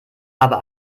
aber